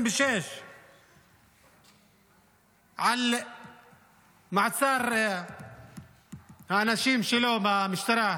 ב-18:00 על מעצר האנשים שלו במשטרה,